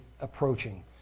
approaching